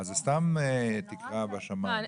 זאת סתם תקרה בשמיים.